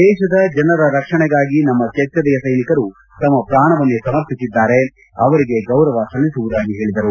ದೇಶದ ಜನರ ರಕ್ಷಣೆಗಾಗಿ ನಮ್ಮ ಕೆಚ್ಚೆದೆಯ ಸೈನಿಕರು ತಮ್ಮ ಪ್ರಾಣವನ್ನೇ ಸಮರ್ಪಿಸಿದ್ದಾರೆ ಅವರಿಗೆ ಗೌರವ ಸಲ್ಲಿಸುವುದಾಗಿ ಹೇಳಿದರು